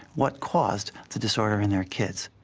what caused the disorder in their kids.